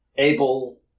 able